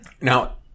Now